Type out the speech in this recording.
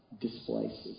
displaces